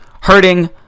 hurting